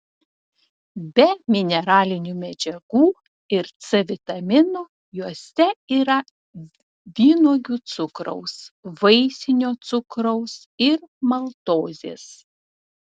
be mineralinių medžiagų ir c vitamino juose yra vynuogių cukraus vaisinio cukraus ir maltozės